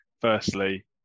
firstly